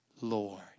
lord